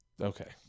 Okay